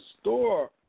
store